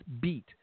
beat